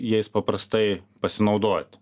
jais paprastai pasinaudot